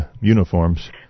uniforms